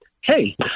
hey